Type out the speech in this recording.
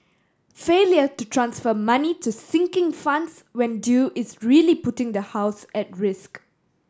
failure to transfer money to sinking funds when due is really putting the house at risk